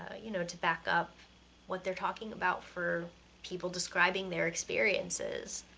ah you know, to back up what they're talking about for people describing their experiences.